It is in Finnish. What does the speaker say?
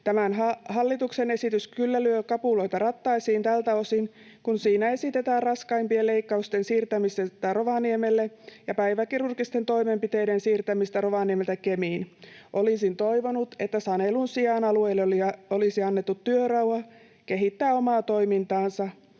Hallituksen esitys kyllä lyö kapuloita rattaisiin tältä osin, kun siinä esitetään raskaimpien leikkausten siirtämistä Rovaniemelle ja päiväkirurgisten toimenpiteiden siirtämistä Rovaniemeltä Kemiin. Olisin toivonut, että sanelun sijaan alueille olisi annettu työrauha kehittää omaa toimintaansa.